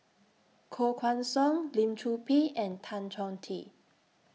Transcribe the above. Koh Guan Song Lim Chor Pee and Tan Chong Tee